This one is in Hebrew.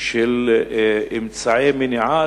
של אמצעי מניעה,